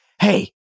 Hey